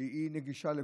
שהיא נגישה לכולם.